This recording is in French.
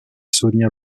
sonia